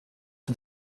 for